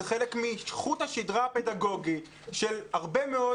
זה חלק מחוט השדרה הפדגוגי של הרבה מאוד